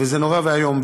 וזה נורא ואיום.